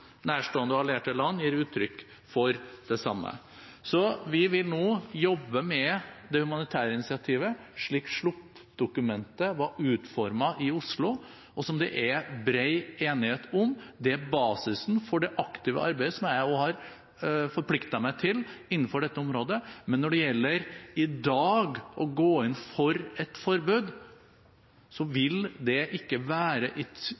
Nærstående og allierte land gir uttrykk for det samme. Så vi vil nå jobbe med det humanitære initiativet slik sluttdokumentet var utformet i Oslo, og som det er bred enighet om. Det er basisen for det aktive arbeidet som jeg også har forpliktet meg til innenfor dette området. Men når det gjelder i dag å gå inn for et forbud, vil det ikke være